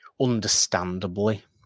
understandably